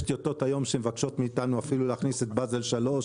יש טיוטות היום שמבקשות מאיתנו אפילו להכניס את בזל 3,